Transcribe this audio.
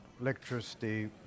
electricity